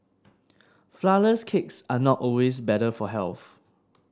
flourless cakes are not always better for health